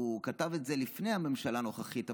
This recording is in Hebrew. הוא כתב את זה לפני הממשלה הנוכחית,